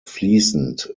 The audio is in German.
fließend